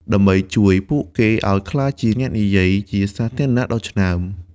ដើម្បីជួយពួកគេឱ្យក្លាយជាអ្នកនិយាយជាសាធារណៈដ៏ឆ្នើម។